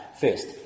First